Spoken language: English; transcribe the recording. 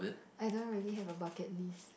I don't really have a bucket list